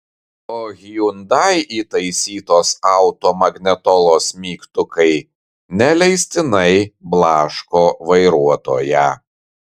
o hyundai įtaisytos automagnetolos mygtukai neleistinai blaško vairuotoją